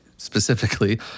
specifically